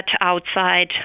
outside